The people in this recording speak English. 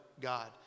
god